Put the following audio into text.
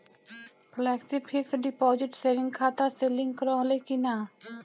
Flexi fix deposit saving खाता से link रहले कि ना?